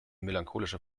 melancholische